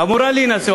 אמורה להינשא,